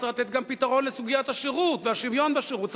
צריך לתת גם פתרון לסוגיית השירות והשוויון בשירות.